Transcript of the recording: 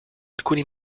alcuni